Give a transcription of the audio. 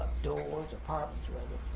doors, apartments, rather,